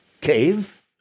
cave